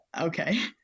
Okay